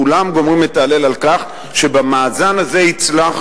כולם גומרים את ההלל על כך שבמאזן הזה הצלחנו,